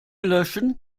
löschen